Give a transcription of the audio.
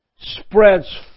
Spreads